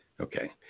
Okay